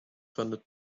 funded